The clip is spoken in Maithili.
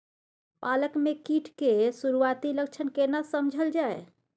पालक में कीट के सुरआती लक्षण केना समझल जाय?